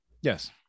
Yes